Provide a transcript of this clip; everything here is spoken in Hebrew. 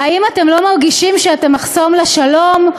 'האם אתם לא מרגישים שאתם מחסום לשלום?',